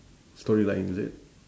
storyline is it